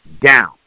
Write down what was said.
down